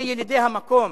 אלה ילידי המקום.